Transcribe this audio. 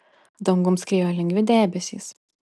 dangum skriejo lengvi debesys